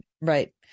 Right